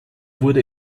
wurde